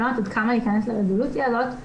אני לא יודעת עד כמה להיכנס לרזולוציה הזאת.